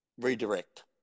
Redirect